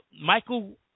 Michael